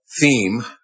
theme